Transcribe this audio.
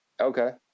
Okay